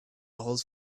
old